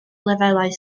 lefelau